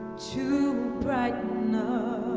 to brighten